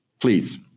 please